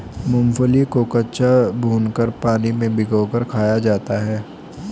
मूंगफली को कच्चा, भूनकर, पानी में भिगोकर खाया जाता है